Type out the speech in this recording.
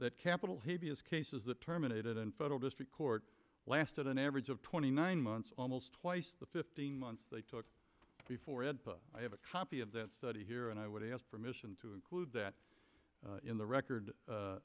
that capital cases that terminated in federal district court lasted an average of twenty nine months almost twice the fifteen months they took before ed i have a copy of that study here and i would ask permission to include that in the record